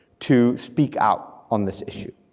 to speak out on this issue.